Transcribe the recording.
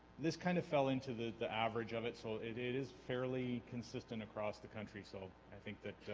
this kind of fell into the the average of it so it it is fairly consistent across the country so i think that